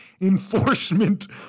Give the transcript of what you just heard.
enforcement